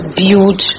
build